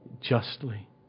justly